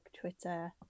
twitter